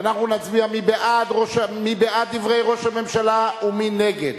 ואנחנו נצביע מי בעד דברי ראש הממשלה ומי נגד.